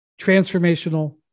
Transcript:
transformational